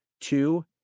Two